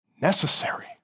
necessary